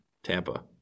Tampa